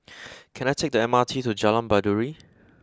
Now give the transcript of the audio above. can I take the M R T to Jalan Baiduri